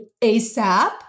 ASAP